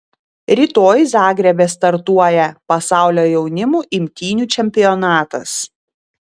rytoj zagrebe startuoja pasaulio jaunimo imtynių čempionatas